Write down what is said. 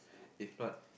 if not